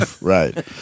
Right